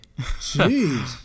Jeez